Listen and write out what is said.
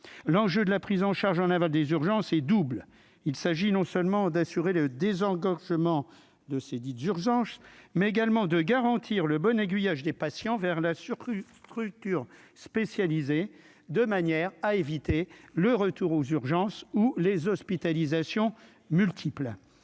l'enjeu de la prise en charge en aval des urgences est double : il s'agit non seulement d'assurer le désengorgement de ces dix d'urgence, mais également de garantir le bon aiguillage des patients vers la sur une structure spécialisée de manière à éviter le retour aux urgences ou les hospitalisations multiples,